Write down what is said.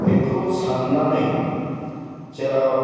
बेखौ साननानै जेराव